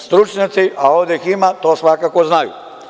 Stručnjaci, a ovde ih ima, to svakako znaju.